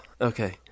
Okay